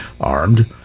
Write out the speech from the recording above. armed